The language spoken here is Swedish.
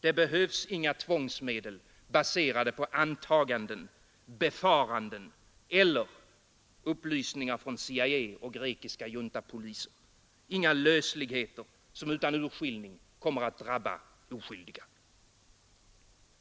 Det behövs inga tvångsmedel baserade på antaganden, befaranden eller upplysningar från CIA och grekiska juntapoliser, inga lösligheter som utan urskillning kommer att drabba oskyldiga.